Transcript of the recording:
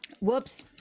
Whoops